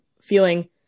feeling